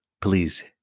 please